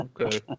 Okay